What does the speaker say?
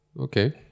okay